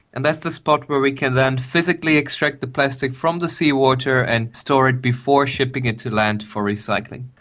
and that's the spot where we can then physically extract the plastic from the sea water and store it before shipping it to land for recycling.